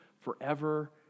forever